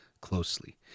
closely